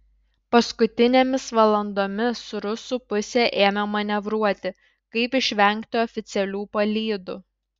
paskutinėmis valandomis rusų pusė ėmė manevruoti kaip išvengti oficialių palydų